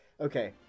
okay